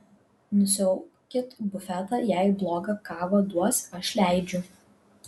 nusiaubkit bufetą jei blogą kavą duos aš leidžiu